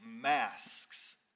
masks